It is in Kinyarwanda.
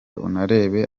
unarebe